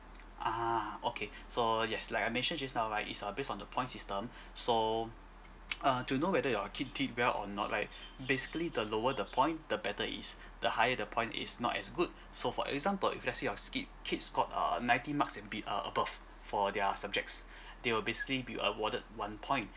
ah okay so yes like I mentioned just now right is uh based on the point system so uh to know whether your kid did well or not right basically the lower the point the better is the higher the point is not as good so for example if let's say your skip kids got err ninety marks and be~ uh above for their subjects they will basically be awarded one point